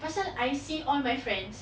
pasal I see all my friends